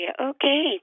okay